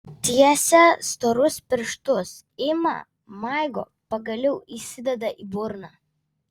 tiesia storus pirštus ima maigo pagaliau įsideda į burną